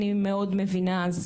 אני מאוד מבינה.